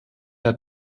der